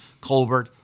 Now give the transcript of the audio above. Colbert